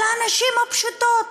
אלא הנשים הפשוטות,